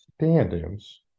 standings